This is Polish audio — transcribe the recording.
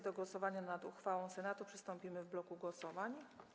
Do głosowania nad uchwałą Senatu przystąpimy w bloku głosowań.